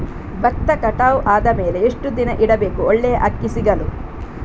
ಭತ್ತ ಕಟಾವು ಆದಮೇಲೆ ಎಷ್ಟು ದಿನ ಇಡಬೇಕು ಒಳ್ಳೆಯ ಅಕ್ಕಿ ಸಿಗಲು?